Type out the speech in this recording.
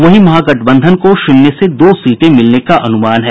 वहीं महागठबंधन को शून्य से दो सीटें मिलने का अनुमान है